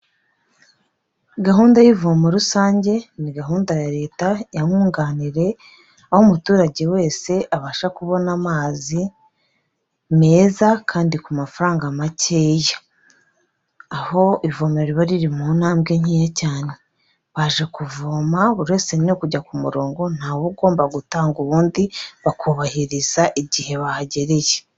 Gahunda y'ivomo rusange ni gahu nda ya leta yakunganire